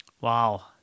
Wow